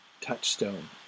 touchstone